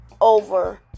over